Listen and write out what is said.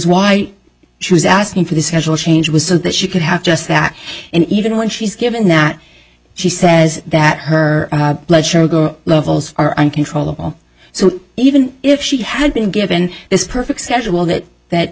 why she was asking for the schedule change was that she could have just that and even when she's given that she says that her blood sugar levels are uncontrollable so even if she had been given this perfect schedule that that